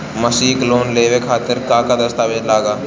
मसीक लोन लेवे खातिर का का दास्तावेज लग ता?